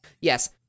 yes